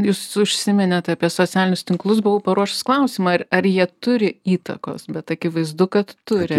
jūs užsiminėt apie socialinius tinklus buvau paruošus klausimą ir ar jie turi įtakos bet akivaizdu kad turi